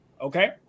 Okay